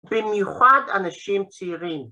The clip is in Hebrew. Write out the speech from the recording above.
במיוחד אנשים צעירים.